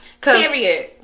Period